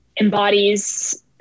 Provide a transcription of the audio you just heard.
embodies